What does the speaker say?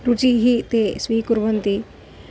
रुचिं ते स्वीकुर्वन्ति